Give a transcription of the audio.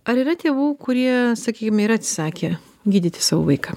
ar yra tėvų kurie sakykim ir atsisakė gydyti savo vaiką